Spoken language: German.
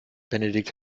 benedikt